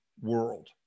world